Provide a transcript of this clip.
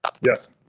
Yes